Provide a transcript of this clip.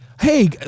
Hey